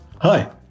Hi